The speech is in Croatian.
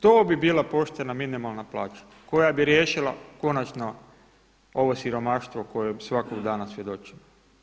To bi bila poštena minimalna plaća koja bi riješila konačno ovo siromaštvo kojem svakog dana svjedočimo.